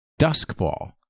Duskball